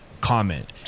comment